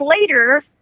later